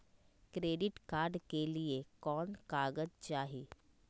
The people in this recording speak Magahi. क्रेडिट कार्ड के लिए कौन कागज चाही?